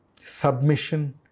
Submission